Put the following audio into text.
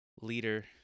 leader